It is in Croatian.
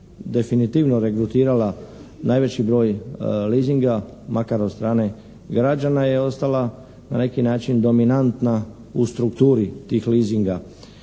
definitivno regrutirala najveći broj leasinga makar od strane građana je ostala na neki način dominantna u strukturi tih leasinga